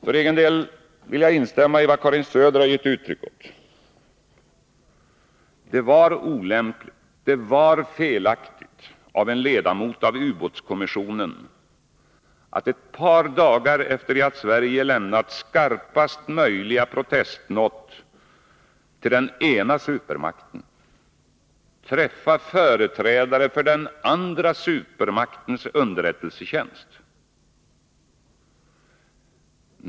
För egen del vill jag instämma i vad Karin Söder gett uttryck åt. Det var olämpligt och felaktigt av en ledamot av ubåtskommissionen att ett par dagar efter det att Sverige lämnat skarpast möjliga protestnot till den ena supermakten träffa företrädare för den andra supermaktens underrättelsetjänst.